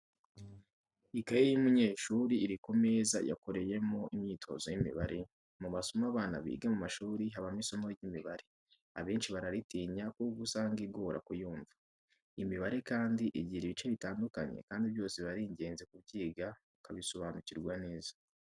Ikaye y'umunyeshuri iri ku meza yakoreyemo imyitozo y'imibare, mu masomo abana biga mu mashuri habamo isomo ry'imibare, abenshi bararitinya kuko usanga ibagora kuyumva. Imibare kandi igiramo ibice bitandukanye kandi byose biba ari ingenzi kubyiga ukabisobanukirwa neza.